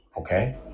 okay